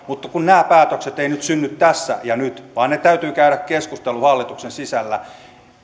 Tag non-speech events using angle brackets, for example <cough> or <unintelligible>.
<unintelligible> mutta kun nämä päätökset eivät synny tässä ja nyt vaan täytyy käydä keskustelu hallituksen sisällä